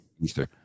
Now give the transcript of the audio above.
Easter